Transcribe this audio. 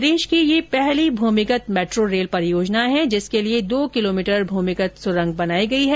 प्रदेश की यह पहली भूमिगत मेट्रो रेल परियोजना है जिसके लिए दो किलोमीटर भूमिगत सुरंग बनाई गई है